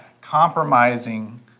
compromising